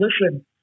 listen